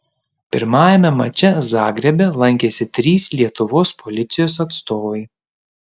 pirmajame mače zagrebe lankėsi trys lietuvos policijos atstovai